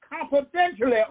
confidentially